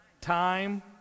time